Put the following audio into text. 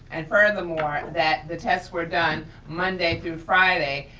and furthermore, that the tests were done monday through friday,